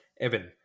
Evan